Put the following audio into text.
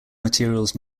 materials